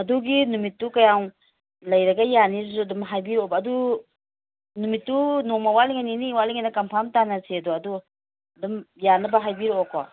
ꯑꯗꯨꯒꯤ ꯅꯨꯃꯤꯠꯇꯨ ꯀꯌꯥꯝ ꯂꯩꯔꯒ ꯌꯥꯅꯤ ꯑꯗꯨꯁꯨ ꯑꯗꯨꯝ ꯍꯥꯏꯕꯤꯌꯣꯕ ꯑꯗꯨ ꯅꯨꯃꯤꯠꯇꯨ ꯅꯣꯡꯃ ꯋꯥꯠꯂꯤꯉꯩ ꯅꯤꯅꯤ ꯋꯥꯠꯂꯤꯉꯩꯗ ꯀꯟꯐꯥꯝ ꯇꯥꯅꯁꯦꯗꯣ ꯑꯗꯨ ꯑꯗꯨꯝ ꯌꯥꯅꯕ ꯍꯥꯏꯕꯤꯔꯛꯑꯣꯀꯣ